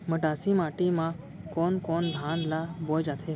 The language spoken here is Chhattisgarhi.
मटासी माटी मा कोन कोन धान ला बोये जाथे?